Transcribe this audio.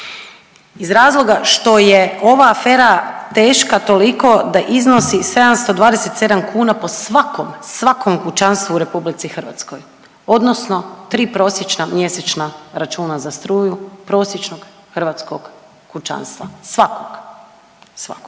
Iz razloga što je ova afera teška toliko da iznosi 727 kuna po svakom, svakom kućanstvu u RH odnosno tri prosječna mjesečna računa za struju prosječnog hrvatskog kućanstva svakog, svakog,